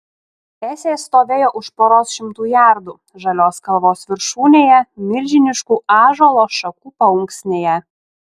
esė stovėjo už poros šimtų jardų žalios kalvos viršūnėje milžiniškų ąžuolo šakų paunksnėje